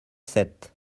sept